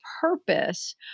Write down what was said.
purpose